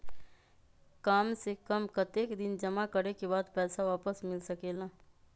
काम से कम कतेक दिन जमा करें के बाद पैसा वापस मिल सकेला?